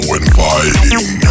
inviting